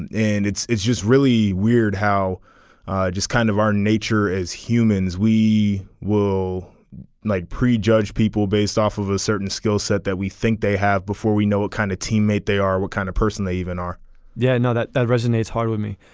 and and it's it's just really weird how just kind of our nature as humans we will not like prejudge people based off of a certain skill set that we think they have before we know what kind of teammate they are what kind of person they even are yeah i know that that resonates hard with me.